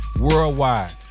worldwide